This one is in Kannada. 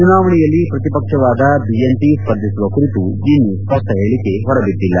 ಚುನಾವಣೆಯಲ್ಲಿ ಪ್ರತಿಪಕ್ಷವಾದ ಬಿಎನ್ಪಿ ಸ್ಪರ್ಧಿಸುವ ಕುರಿತು ಇನ್ನೂ ಸ್ಪಷ್ಟ ಹೇಳಿಕೆ ಹೊರಬಿದ್ದಿಲ್ಲ